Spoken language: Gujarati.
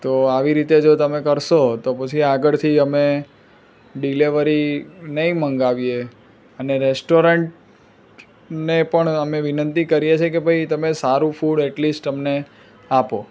તો આવી રીતે જો તમે કરશો તો પછી આગળથી અમે ડિલેવરી નહીં મંગાવીએ અને રેસ્ટોરન્ટને પણ અમે વિનંતી કરીએ છે કે ભાઈ તમે સારું ફૂડ એટલીસ્ટ અમને આપો